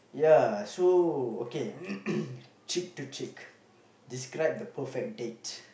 ya so okay cheek to cheek describe the perfect date